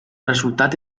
resultat